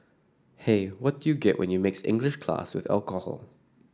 hey what you get when you mix English class with alcohol